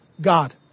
God